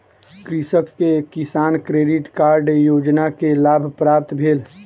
कृषक के किसान क्रेडिट कार्ड योजना के लाभ प्राप्त भेल